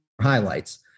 highlights